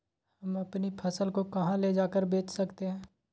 हम अपनी फसल को कहां ले जाकर बेच सकते हैं?